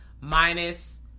minus